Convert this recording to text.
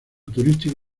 turístico